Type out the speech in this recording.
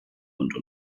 und